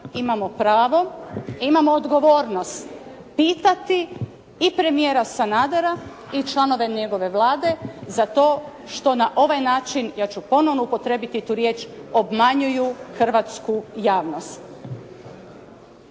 imamo pravo, imamo odgovornost pitati i premijera Sanadera i članove njegove Vlade za to što na ovaj način ja ću ponovno upotrijebiti tu riječ, obmanjuju hrvatsku javnost.